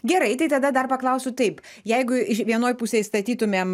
gerai tai tada dar paklausiu taip jeigu vienoj pusėj statytumėm